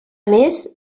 més